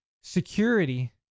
security